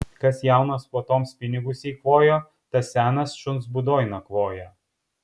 kas jaunas puotoms pinigus eikvojo tas senas šuns būdoj nakvoja